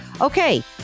Okay